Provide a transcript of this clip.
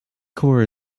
core